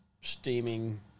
steaming